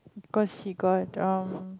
cause he got um